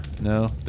No